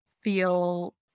feel